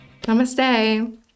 Namaste